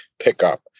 pickup